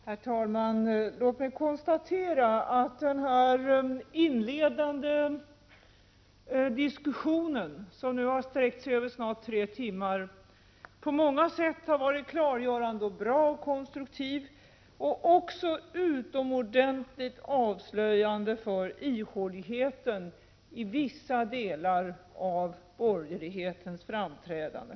Herr talman! Låt mig konstatera att den inledande diskussionen, som nu har sträckt sig över snart tre timmar, på många sätt har varit klargörande, bra och konstruktiv. Den har också varit utomordentligt avslöjande i fråga om ihåligheten i vissa delar av borgerlighetens framträdande.